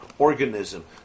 Organism